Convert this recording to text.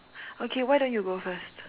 okay why don't you go first